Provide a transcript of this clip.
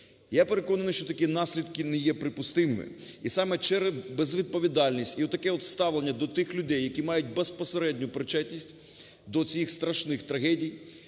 Я переконаний, що такі наслідки не є припустимими. І саме через безвідповідальність, і отаке от ставлення до тих людей, які мають безпосередню причетність до цих страшних трагедій,